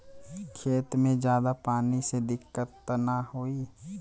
खेत में ज्यादा पानी से दिक्कत त नाही होई?